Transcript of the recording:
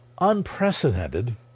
unprecedented